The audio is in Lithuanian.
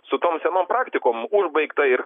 su tom senom praktikom užbaigta ir